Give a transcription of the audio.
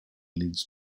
leads